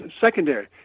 secondary